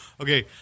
Okay